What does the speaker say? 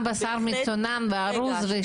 גם בשר מצונן וארוז.